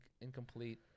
incomplete